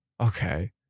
Okay